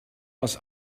aus